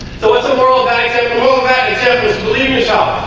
so what's the world bank move at attendance believe yourself?